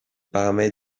paramètres